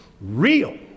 real